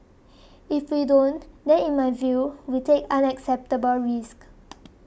if we don't then in my view we take unacceptable risks